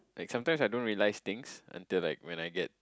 like sometimes I don't realize things until like when I get